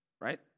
right